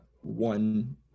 one